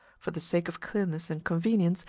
for the sake of clearness and convenience,